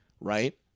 right